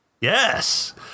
yes